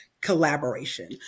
collaboration